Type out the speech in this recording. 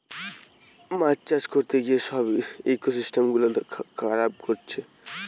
মাছ চাষ করতে গিয়ে সব ইকোসিস্টেম গুলা খারাব করতিছে